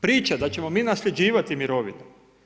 Priča da ćemo mi nasljeđivati mirovine.